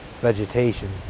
vegetation